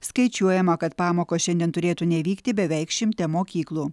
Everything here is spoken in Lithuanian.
skaičiuojama kad pamokos šiandien turėtų nevykti beveik šimte mokyklų